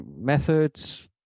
methods